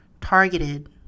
targeted